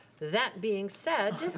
that being said,